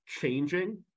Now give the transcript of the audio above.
changing